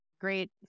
great